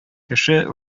кеше